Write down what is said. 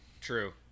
True